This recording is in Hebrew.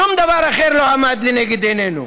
שום דבר אחר לא עמד לנגד עינינו.